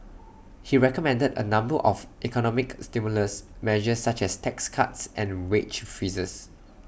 he recommended A number of economic stimulus measures such as tax cuts and wage freezes